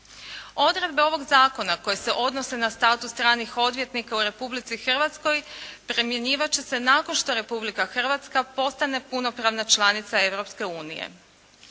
Odredbe ovog zakona koje se odnose na status stranih odvjetnika u Republici Hrvatskoj primjenjivat će se nakon što Republika Hrvatska postane punopravna članica